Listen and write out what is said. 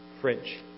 French